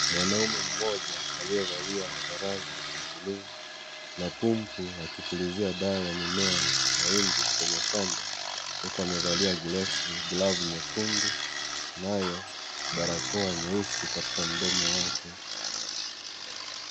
Mwanaume mmoja aliyevalia ovarali ya bluu na pumbu akipulizia dawa mimea mahindi kwenye shamba huku amevalia glavu nyekundu nayo barakoa nyeusi katika mdomo wake.